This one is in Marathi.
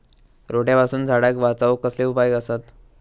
रोट्यापासून झाडाक वाचौक कसले उपाय आसत?